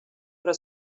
però